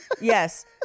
Yes